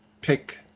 pick